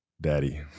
Daddy